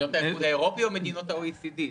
באיחוד האירופאי או ב-OECD?